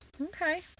Okay